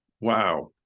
Wow